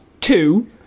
Two